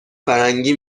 فرنگی